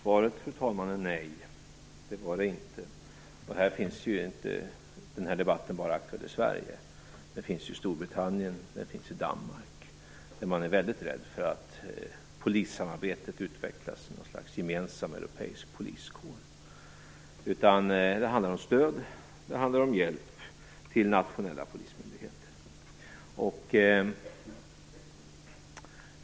Fru talman! Svaret är nej. Det var det inte. Den debatten är inte bara aktuell i Sverige. Den finns i Storbritannien, och den finns i Danmark. Där är man väldigt rädd för att polissamarbetet utvecklas till något slags gemensam europeisk poliskår. Det handlar om stöd och hjälp till nationella polismyndigheter.